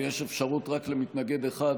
ויש אפשרות רק למתנגד אחד.